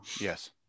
yes